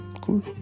Cool